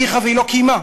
היא הבטיחה והיא לא קיימה.